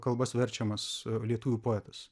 kalbas verčiamas lietuvių poetas